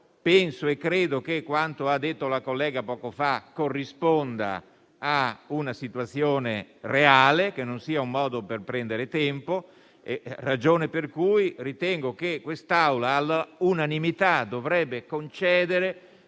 Penso che quanto ha detto la collega poco fa corrisponda a una situazione reale, che non sia un modo per prendere tempo, ragione per cui ritengo che questa Assemblea all'unanimità dovrebbe concedere